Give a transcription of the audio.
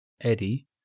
Eddie